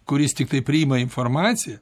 kuris tiktai priima informaciją